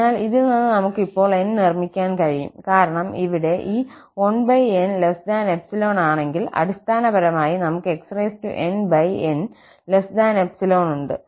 അതിനാൽ ഇതിൽ നിന്ന് നമുക്ക് ഇപ്പോൾ 𝑁 നിർമ്മിക്കാൻ കഴിയും കാരണം ഇവിടെ ഈ 1n∈ ആണെങ്കിൽ അടിസ്ഥാനപരമായി നമുക്ക് xnn∈ ഉണ്ട്